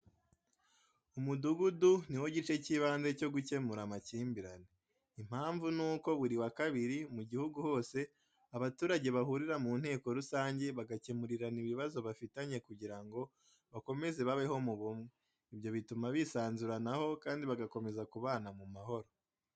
Umudugudu ni wo gice cy'ibanze cyo gukemura amakimbirane. Impamvu nuko buri wa kabiri, mu gihugu hose abaturage bahurira mu nteko rusange, bagakemurirana ibibazo bafitanye kugira ngo bakomeze babeho mu bumwe. Ibyo bituma bisanzuranaho kandi bagakomeza kubana mu mahoro.